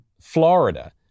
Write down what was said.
Florida